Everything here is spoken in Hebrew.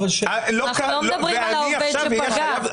אנחנו לא מדברים על העובד שפגע.